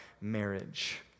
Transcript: marriage